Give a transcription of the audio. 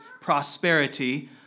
prosperity